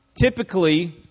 typically